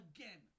Again